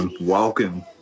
Welcome